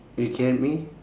you can hear me